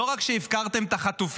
לא רק שהפקרתם את החטופים,